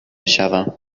شوم